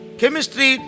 chemistry